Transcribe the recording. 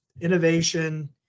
innovation